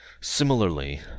Similarly